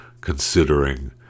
considering